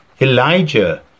Elijah